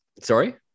Sorry